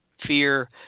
fear